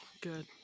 good